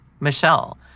Michelle